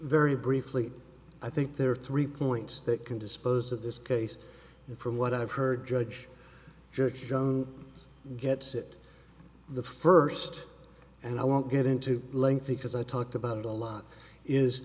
very briefly i think there are three points that can dispose of this case from what i've heard judge judge gets it the first and i won't get into lengthy because i talked about it a lot is